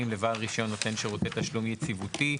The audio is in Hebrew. לבעל רישיון נותן שירותי תשלום יציבותי".